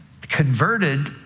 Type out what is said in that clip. converted